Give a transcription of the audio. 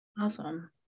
awesome